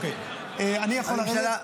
אוקיי, אני יכול לרדת?